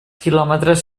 quilòmetres